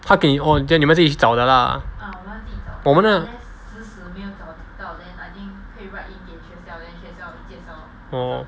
他给你 orh 你们自己去找的 lah 我们的 orh